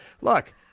Look